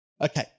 okay